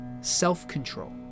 self-control